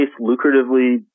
lucratively